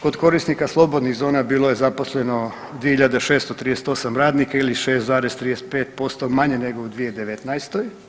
Kod korisnika slobodnih zona bilo je zaposleno 2638 radnika ili 6,35% manje nego u 2019.